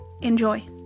enjoy